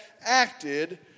acted